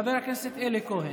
חבר הכנסת אלי כהן.